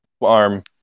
arm